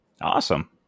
Awesome